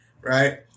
Right